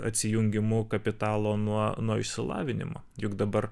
atsijungimu kapitalo nuo nuo išsilavinimo juk dabar